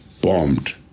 Bombed